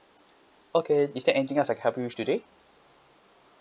okay is there anything else I can help you with today